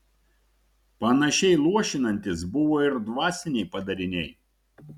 panašiai luošinantys buvo ir dvasiniai padariniai